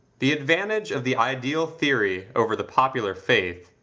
the advantage of the ideal theory over the popular faith,